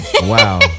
Wow